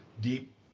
deep